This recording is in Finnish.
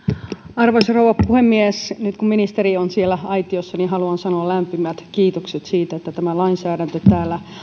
arvoisa rouva puhemies nyt kun ministeri on siellä aitiossa haluan sanoa lämpimät kiitokset siitä että tämä lainsäädäntö täällä